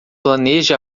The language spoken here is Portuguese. planeje